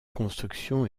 construction